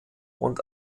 und